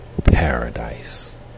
Paradise